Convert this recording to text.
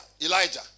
Elijah